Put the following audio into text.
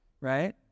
right